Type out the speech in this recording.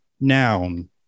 noun